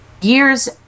years